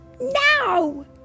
now